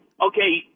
okay